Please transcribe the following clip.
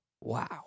wow